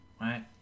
right